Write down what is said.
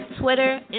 Twitter